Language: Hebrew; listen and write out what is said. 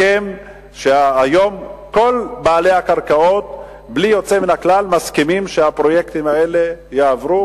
היום כל בעלי הקרקעות בלי יוצא מן הכלל מסכימים שהפרויקטים האלה יעברו,